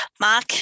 Mark